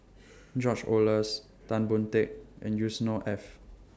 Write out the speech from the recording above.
George Oehlers Tan Boon Teik and Yusnor Ef